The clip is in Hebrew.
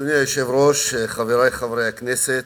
אדוני היושב-ראש, חברי חברי הכנסת,